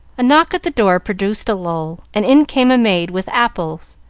a knock at the door produced a lull, and in came a maid with apples.